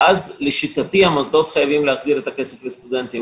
ואז לשיטתי המוסדות חייבים להחזיר את הכסף לסטודנטים.